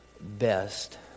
best